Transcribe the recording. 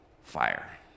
fire